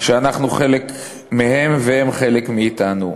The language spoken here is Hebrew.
שאנחנו חלק מהם, והם חלק מאתנו.